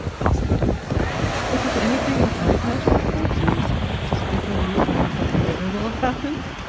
possibly if it's anything like my past workplaces, just give it a week and something bigger will have happened